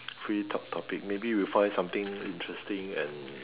free talk topic maybe we find something interesting and